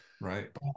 Right